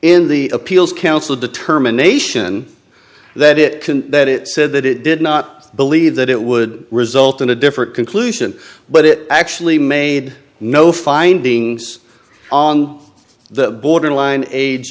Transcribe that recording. in the appeals council determination that it couldn't that it said that it did not believe that it would result in a different conclusion but it actually made no finding us on the borderline age